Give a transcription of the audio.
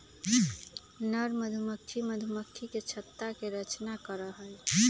नर मधुमक्खी मधुमक्खी के छत्ता के रचना करा हई